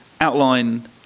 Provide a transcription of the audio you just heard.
outline